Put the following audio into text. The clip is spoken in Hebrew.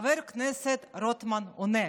חבר הכנסת רוטמן עונה: